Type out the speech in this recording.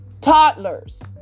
Toddlers